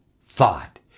thought